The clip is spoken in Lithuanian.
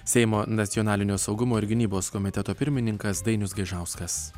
seimo nacionalinio saugumo ir gynybos komiteto pirmininkas dainius gaižauskas